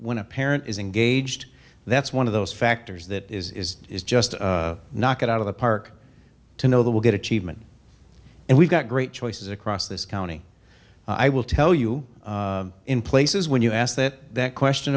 when a parent is engaged that's one of those factors that is is just not get out of the park to know that we'll get achievement and we've got great choices across this county i will tell you in places when you ask that question